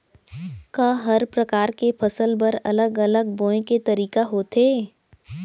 का हर प्रकार के फसल बर अलग अलग बोये के तरीका होथे?